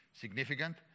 significant